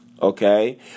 Okay